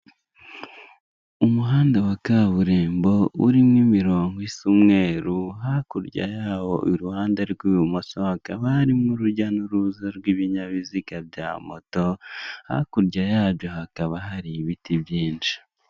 Inyubako y'itaje igeretse hejuru, irimo ibirahure by'ubururu, hasi harimo imodoka irimo mu hantu hubakiye harimo ibyuma, isakariye wagira ngo ni amabati, hasi hariho n'ibyatsi n'amaraba.